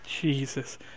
Jesus